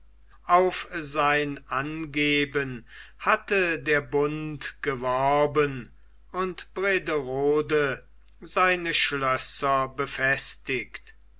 auf sein angeben hatte der bund geworben und brederode seine schlösser befestigt